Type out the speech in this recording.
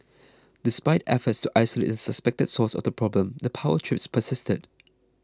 despite efforts to isolate the suspected source of the problem the power trips persisted